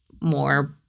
more